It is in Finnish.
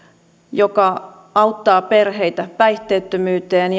joka auttaa perheitä päihteettömyyteen